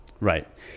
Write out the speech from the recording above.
Right